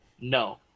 no